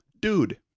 dude